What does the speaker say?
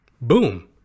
boom